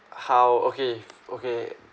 how okay okay